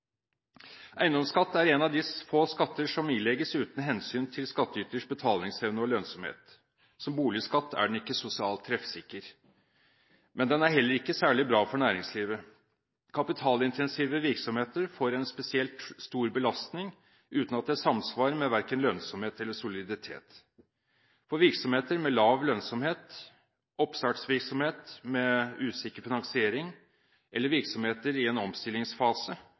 Eiendomsskatt er en av de få skatter som ilegges uten hensyn til skattyters betalingsevne og lønnsomhet. Som boligskatt er den ikke sosialt treffsikker. Men den er heller ikke særlig bra for næringslivet. Kapitalintensive virksomheter får en spesielt stor belastning, uten at det er samsvar med verken lønnsomhet eller soliditet. For virksomheter med lav lønnsomhet, oppstartvirksomheter med usikker finansiering eller virksomheter i en omstillingsfase,